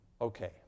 Okay